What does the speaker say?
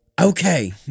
Okay